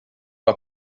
are